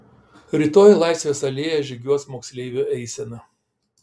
rytoj laisvės alėja žygiuos moksleivių eisena